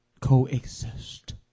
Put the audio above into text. coexist